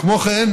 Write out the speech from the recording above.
כמו כן,